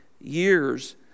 years